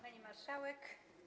Pani Marszałek!